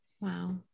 Wow